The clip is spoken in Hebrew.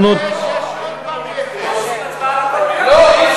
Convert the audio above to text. לשנת התקציב 2014, נתקבל.